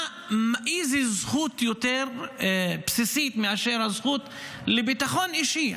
איזה זכות יותר בסיסית מאשר הזכות לביטחון אישי?